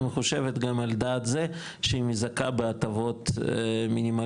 היא מחושבת גם על דעת זה שהיא מזכה בהטבות מינימליסטיות